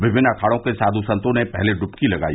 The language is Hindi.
विभिन्न अखाड़ो के साथु संतो ने पहले डुबकी लगाई